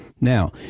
Now